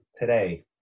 today